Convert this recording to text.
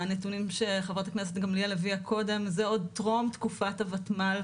הנתונים של חברת הכנסת גמליאל הביאה קודם זה עוד טרום תקופת הוותמ"ל,